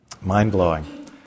mind-blowing